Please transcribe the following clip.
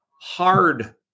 hard